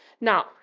Now